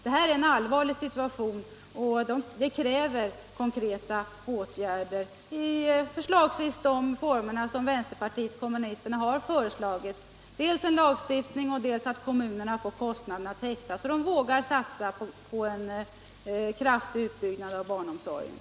Situationen är ju allvarlig, och vi kräver konkreta åtgärder, förslagsvis sådana som vänsterpartiet kommunisterna har föreslagit, alltså dels en lagstiftning, dels att kommunerna får sina kostnader täckta så att de vågar satsa på en kraftig utbyggnad av barnomsorgen.